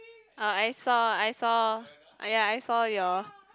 uh I saw I saw ya I saw your